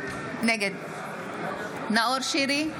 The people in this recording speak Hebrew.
נגד נאור שירי,